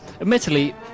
admittedly